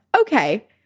okay